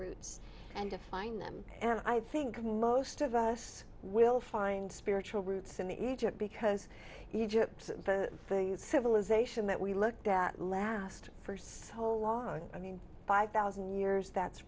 roots and to find them and i think most of us will find spiritual roots in egypt because egypt the civilization that we looked at last for so long i mean five thousand years that's